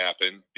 happen